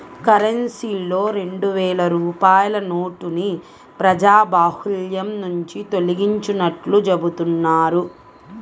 కరెన్సీలో రెండు వేల రూపాయల నోటుని ప్రజాబాహుల్యం నుంచి తొలగించినట్లు చెబుతున్నారు